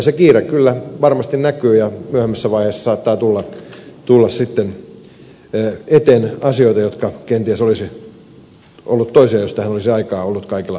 se kiire kyllä varmasti näkyy ja myöhemmässä vaiheessa saattaa tulla sitten eteen asioita jotka kenties olisivat olleet toisin jos tähän olisi aikaa ollut kaikilla perehtyä